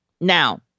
Now